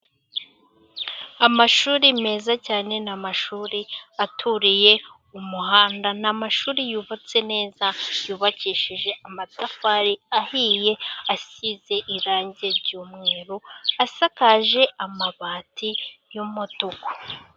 Amashuri meza cyane, ni amashuri aturiye umuhanda, ni amashuri yubatse neza yubakishije amatafari ahiye, asize irangi ry'umweru asakaje amabati y'umutuku.